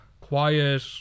quiet